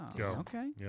Okay